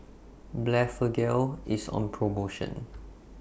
Blephagel IS on promotion